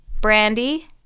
brandy